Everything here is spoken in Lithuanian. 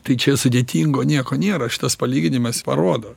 tai čia sudėtingo nieko nėra šitas palyginimas parodo